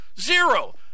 Zero